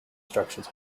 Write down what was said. structures